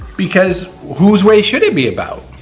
because whose way should it be about?